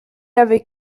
avait